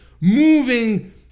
moving